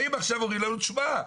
באים עכשיו ואומרים לנו: תשמע,